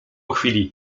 chwili